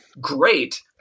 great